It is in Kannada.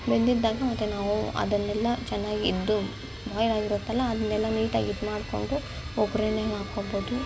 ಬೆಂದಿದ್ದಾಗ ಅದು ನಾವು ಅದನ್ನೆಲ್ಲ ಚೆನ್ನಾಗಿದ್ದು ಬಾಯ್ಲ್ ಆಗಿರುತ್ತಲ್ಲ ಅದನ್ನೆಲ್ಲ ನೀಟಾಗಿ ಇದು ಮಾಡಿಕೊಂಡು ಒಗ್ಗರಣ್ಣೆ ಹಾಕೊಳ್ಬೋದು